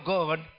God